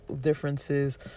differences